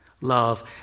Love